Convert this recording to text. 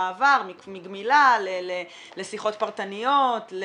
המעבר מגמילה לשיחות פרטניות,